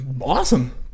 awesome